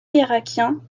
irakien